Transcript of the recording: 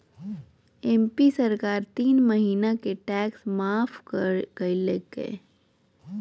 MP सरकार तीन महीना के टैक्स माफ कइल कय